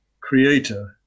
creator